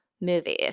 movies